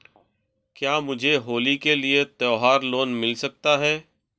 क्या मुझे होली के लिए त्यौहार लोंन मिल सकता है?